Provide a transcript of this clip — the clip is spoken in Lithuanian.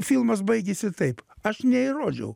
filmas baigėsi taip aš neįrodžiau